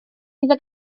iddo